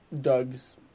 Doug's